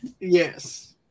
Yes